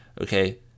okay